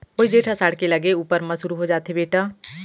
वोइ जेठ असाढ़ के लगे ऊपर म सुरू हो जाथे बेटा